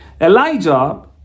Elijah